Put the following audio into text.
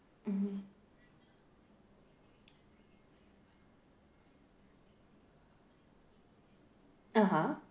mmhmm (uh huh)